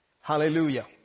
Hallelujah